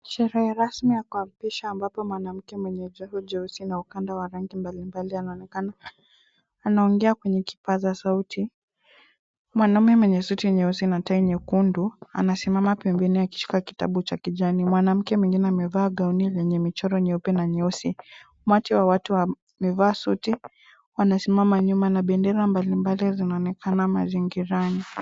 Sherehe rasmi ya kuapisha ambapo mwanamke mwenye joho njeusi na ukanda wa rangi mbalimbali anaonekana anaongea kwenye kipaza sauti. Mwanaume mwenye suti nyeusi na tai nyekundu anasimama pembeni akishika kitabu cha kijani. Mwanamke mwingine amevaa gauni yenye michoro nyeupe na nyeusi. Umati wa watu wamevaa suti wanasimama nyuma na bendera mbalimbali zinaonekana mazingirani.